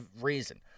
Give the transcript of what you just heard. reason